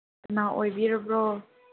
ꯀꯅꯥ ꯑꯣꯏꯕꯤꯔꯕ꯭ꯔꯣ